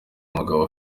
umugabo